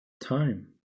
time